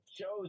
shows